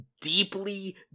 deeply